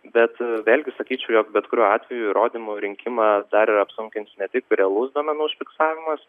bet vėlgi sakyčiau jog bet kuriuo atveju įrodymų rinkimą dar ir apsunkins ne tik realus duomenų užfiksavimas